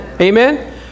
Amen